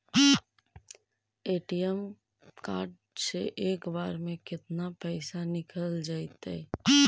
ATM card से एक बार में केतना पैसा निकल जइतै?